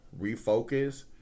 refocus